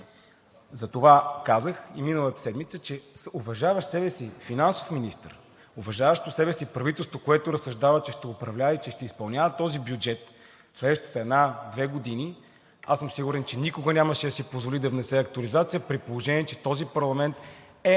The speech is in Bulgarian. Затова казах и миналата седмица, че уважаващ себе си финансов министър, уважаващо себе си правителство, което разсъждава, че ще управлява и че ще изпълнява този бюджет в следващите една – две години, съм сигурен, че никога нямаше да си позволи да внесе актуализация, при положение че този парламент е